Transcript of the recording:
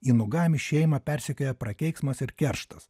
inugami šeimą persekioja prakeiksmas ir kerštas